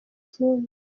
kindi